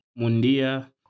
Mundia